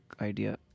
idea